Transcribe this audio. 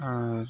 ᱟᱨ